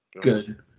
Good